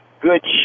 good